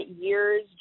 years